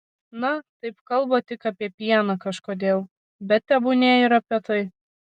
na taip kalba tik apie pieną kažkodėl bet tebūnie ir apie tai